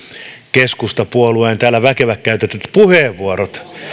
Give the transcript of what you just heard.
keskustapuolueen täällä väkevästi käytetyt puheenvuorot